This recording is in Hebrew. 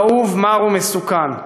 כאוב, מר ומסוכן.